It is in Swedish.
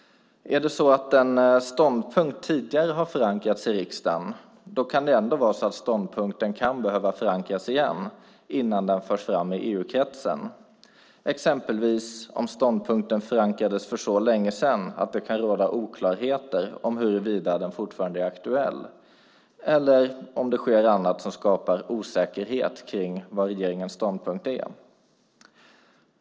Även en ståndpunkt som tidigare har förankrats i riksdagen kan behöva förankras igen innan den förs fram i EU-kretsen. Det gäller exempelvis om ståndpunkten förankrades för så länge sedan att det kan råda oklarheter om huruvida den fortfarande är aktuell eller om det sker annat som skapar osäkerhet om vad regeringens ståndpunkt är.